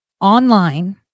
online